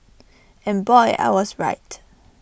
and boy I was right